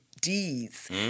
deeds